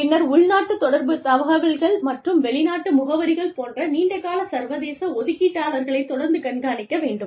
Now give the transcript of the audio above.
பின்னர் உள்நாட்டுத் தொடர்பு தகவல்கள் மற்றும் வெளிநாட்டு முகவரிகள் போன்ற நீண்டகால சர்வதேச ஒதுக்கீட்டாளர்களைக் தொடர்ந்து கண்காணிக்க வேண்டும்